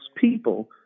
people